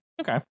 okay